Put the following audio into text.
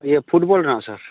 ᱤᱭᱟᱹ ᱯᱷᱩᱴᱵᱚᱞ ᱨᱮᱱᱟᱜ ᱥᱟᱨ